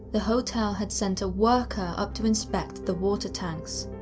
the hotel had sent a worker up to inspect the water tanks.